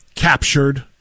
captured